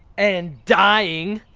and dying!